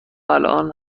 الان